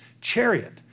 chariot